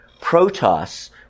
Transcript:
Protos